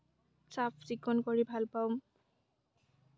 চাফ চিকুণ কৰি ভাল পাওঁ